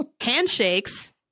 handshakes